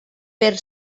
per